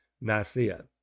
Nicaea